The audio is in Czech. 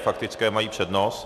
Faktické mají přednost.